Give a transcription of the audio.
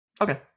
Okay